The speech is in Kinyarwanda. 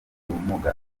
ubumuga